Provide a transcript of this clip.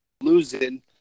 Losing